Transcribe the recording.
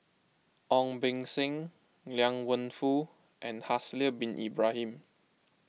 Ong Beng Seng Liang Wenfu and Haslir Bin Ibrahim